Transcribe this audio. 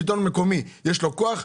שלטון מקומי יש לו כוח,